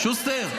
שוסטר.